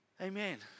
Amen